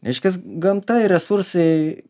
reiškias gamta ir resursai